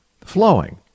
flowing